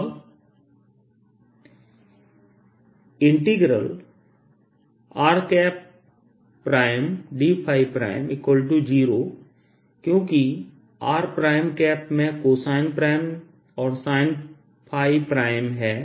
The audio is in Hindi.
अब rd0 क्योंकि r में कोसाइन प्राइम और साइन फाई प्राइम है